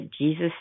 Jesus